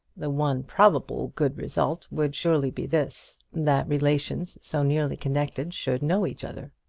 the one probable good result would surely be this that relations so nearly connected should know each other.